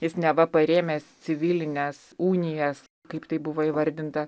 jis neva parėmęs civilines unijas kaip tai buvo įvardinta